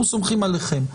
אנחנו סומכים עליכם.